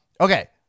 okay